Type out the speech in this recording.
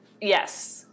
yes